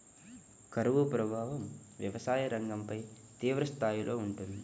కరువు ప్రభావం వ్యవసాయ రంగంపై తీవ్రస్థాయిలో ఉంటుంది